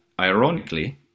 ironically